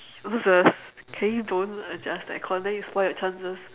Moses can you don't adjust the aircon then you spoil your chances